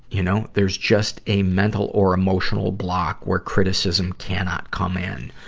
you know? there's just a mental or emotional block, where criticism cannot come in.